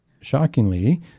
Shockingly